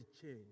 change